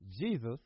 Jesus